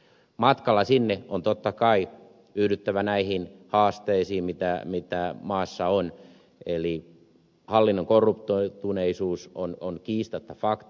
matkalla sinne on totta kai yhdyttävä näihin haasteisiin mitä maassa on eli hallinnon korruptoituneisuus on kiistatta fakta